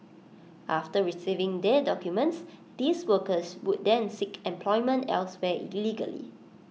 after receiving their documents these workers would then seek employment elsewhere illegally